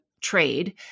trade